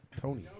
Tony